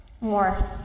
more